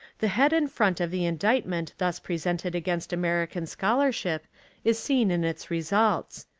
the head and front of the indictment thus presented against american scholarship is seen in its results.